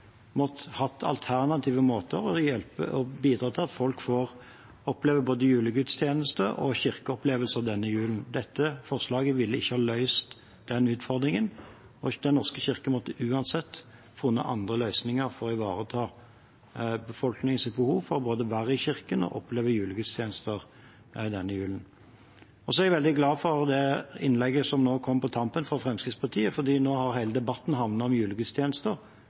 alternative måter å hjelpe på og bidra til at folk denne julen får oppleve både julegudstjeneste og ha en kirkeopplevelse. Dette forslaget ville ikke ha løst den utfordringen. Den norske kirke måtte uansett ha funnet løsninger for å ivareta befolkningens behov for både å være i kirken og oppleve julegudstjenester denne julen. Så er jeg veldig glad for innlegget som kom nå på tampen fra representanten fra Fremskrittspartiet, for nå har hele debatten handlet om